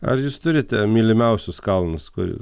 ar jūs turite mylimiausius kalnus kur